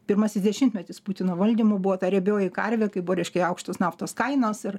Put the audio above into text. pirmasis dešimtmetis putino valdymų buvo ta riebioji karvė kai buvo reiškia aukštos naftos kainos ir